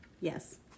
Yes